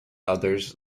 others